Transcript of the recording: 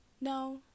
no